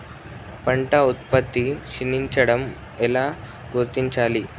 పంట ఉత్పత్తి క్షీణించడం ఎలా గుర్తించాలి?